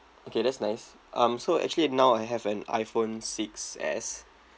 okay that's nice um so actually now I have an iphone six s